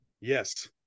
Yes